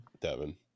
Devin